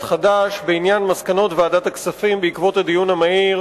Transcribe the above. חד"ש בעניין מסקנות ועדת הכספים בעקבות הדיון המהיר